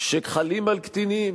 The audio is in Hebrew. שחלים על קטינים.